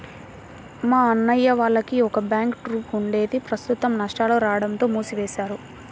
మా అన్నయ్య వాళ్లకి ఒక బ్యాండ్ ట్రూప్ ఉండేది ప్రస్తుతం నష్టాలు రాడంతో మూసివేశారు